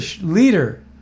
leader